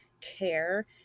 care